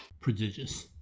Prodigious